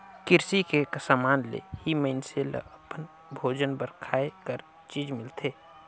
किरसी के समान ले ही मइनसे ल अपन भोजन बर खाए कर चीज मिलथे